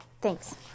Thanks